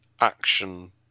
action